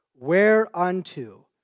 Whereunto